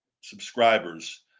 subscribers